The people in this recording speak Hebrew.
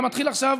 אתה מתחיל עכשיו,